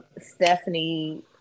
Stephanie